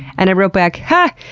and i wrote back, hah!